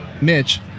Mitch